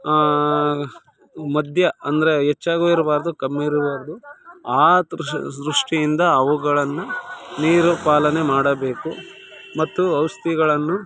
ಆಂ ಮಧ್ಯ ಅಂದರೆ ಹೆಚ್ಚಾಗೂ ಇರಬಾರದು ಕಮ್ಮಿ ಇರಬಾರದು ಆ ದೃಷ್ಟಿಯಿಂದ ಅವುಗಳನ್ನು ನೀರು ಪಾಲನೆ ಮಾಡಬೇಕು ಮತ್ತು ಔಷಧಿಗಳನ್ನು